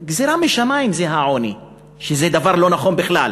זה גזירה משמים, שזה דבר לא נכון בכלל,